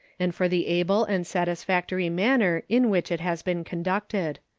and for the able and satisfactory manner in which it has been conducted.